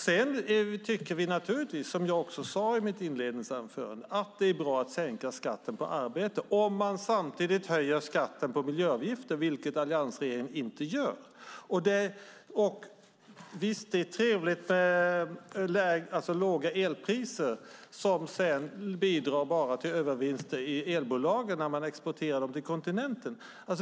Vi tycker naturligtvis, som jag också sade i mitt inledningsanförande, att det är bra att sänka skatten på arbete om man samtidigt höjer skatten på miljöavgifter, vilket alliansregeringen inte gör. Visst är det trevligt med låga elpriser, som sedan bara bidrar till övervinster i elbolagen när man exporterar dem till kontinenten.